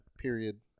Period